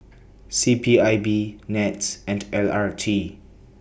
C P I B Nets and L R T